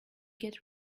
get